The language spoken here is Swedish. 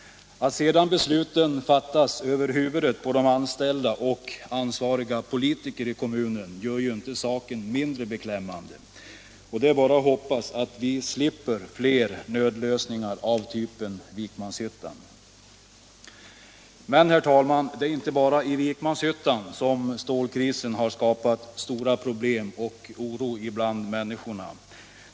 Att sedan besluten fattas över huvudet på de anställda och ansvariga politiker i kommunen gör ju inte saken mindre beklämmande. Det är bara att hoppas att vi slipper fler nödlösningar av typen Vikmanshyttan. Men, herr talman, det är inte bara i Vikmanshyttan som stålkrisen har skapat stora problem och väckt oro bland människorna.